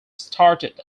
started